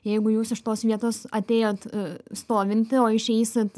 jeigu jūs iš tos vietos atėjot stovinti o išeisit